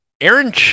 Aaron